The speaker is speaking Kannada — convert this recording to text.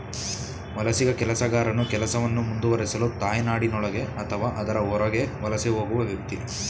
ವಲಸಿಗ ಕೆಲಸಗಾರನು ಕೆಲಸವನ್ನು ಮುಂದುವರಿಸಲು ತಾಯ್ನಾಡಿನೊಳಗೆ ಅಥವಾ ಅದರ ಹೊರಗೆ ವಲಸೆ ಹೋಗುವ ವ್ಯಕ್ತಿ